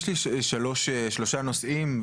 יש לי שלושה נושאים.